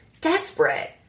Desperate